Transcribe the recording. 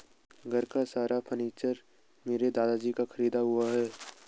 घर का सारा फर्नीचर मेरे दादाजी का खरीदा हुआ है